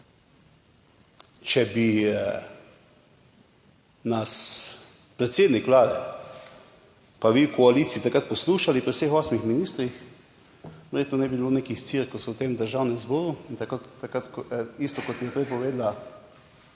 če bi nas predsednik Vlade pa vi v koaliciji takrat poslušali pri vseh osmih ministrih, verjetno ne bi bilo nekih cirkusov v tem Državnem zboru. In tako takrat, isto kot je prej povedala